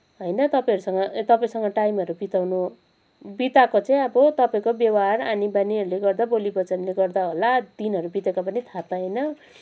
होइन तपाईँहरूसँग तपाईँसँग टाइमहरू बिताउनु बिताएको चाहिँ अब तपाईँको व्यवहार आनी बानीहरूले गर्दा बोली वचनले गर्दा होला दिनहरू बितेको पनि थाहा पाएनौँ